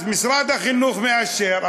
אז משרד החינוך מאשר,